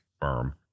Firm